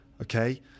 Okay